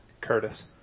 Curtis